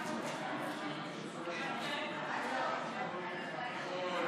ועדת הכנסת נתקבלה.